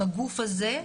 בגוף הזה,